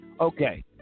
Okay